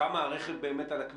כמה הרכב על הכביש,